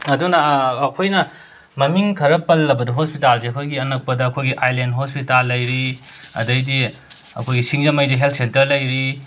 ꯑꯗꯨꯅ ꯑꯩꯈꯣꯏꯅ ꯃꯃꯤꯡ ꯈꯔ ꯄꯜꯂꯕꯗ ꯍꯣꯁꯄꯤꯇꯥꯜꯖꯦ ꯑꯩꯈꯣꯏꯒꯤ ꯑꯅꯛꯄꯗ ꯑꯩꯈꯣꯏꯒꯤ ꯑꯥꯏꯂꯦꯟ ꯍꯣꯏꯄꯤꯇꯥꯜ ꯂꯩꯔꯤ ꯑꯗꯩꯗꯤ ꯑꯈꯣꯏꯒꯤ ꯁꯤꯡꯖꯃꯩꯒꯤ ꯍꯦꯜ ꯁꯦꯟꯇꯔ ꯂꯩꯔꯤ